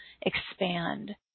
expand